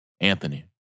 Anthony